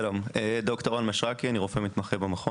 שלום, אני ד"ר רן משרקי, אני רופא מתמחה במכון.